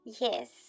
Yes